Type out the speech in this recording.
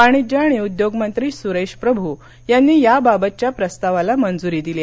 वाणिज्य आणि उद्योग मंत्री सुरेश प्रभू यांनी याबाबतच्या प्रस्तावाला मंजुरी दिली आहे